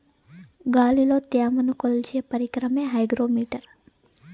గాలిలో త్యమను కొలిచే పరికరమే హైగ్రో మిటర్